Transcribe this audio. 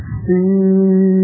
see